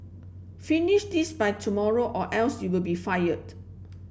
finish this by tomorrow or else you'll be fired